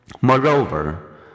Moreover